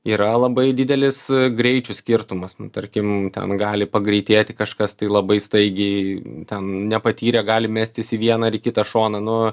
yra labai didelis greičių skirtumas tarkim ten gali pagreitėti kažkas tai labai staigiai ten nepatyrę gali mestis į vieną ar kitą šoną nu